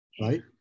right